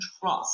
trust